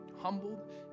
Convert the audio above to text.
humbled